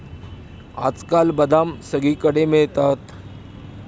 आजकाल बदाम सगळीकडे मिळतात